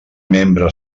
membre